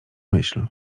myśl